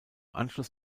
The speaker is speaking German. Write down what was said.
anschluss